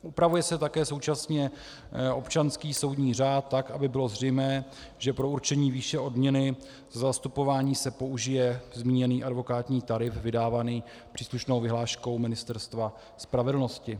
Upravuje se také současně občanský soudní řád tak, aby bylo zřejmé, že pro určení výše odměny za zastupování se použije zmíněný advokátní tarif vydávaný příslušnou vyhláškou Ministerstva spravedlnosti.